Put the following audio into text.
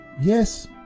Yes